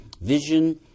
vision